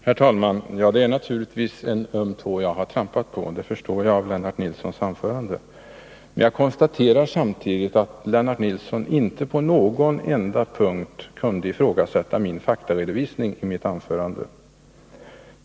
Herr talman! Det är naturligtvis en öm tå jag har trampat på. Det förstår jag av Lennart Nilssons anförande. Men jag konstaterar samtidigt att Lennart Nilsson inte på någon enda punkt kunde ifrågasätta faktaredovisningen i mitt anförande.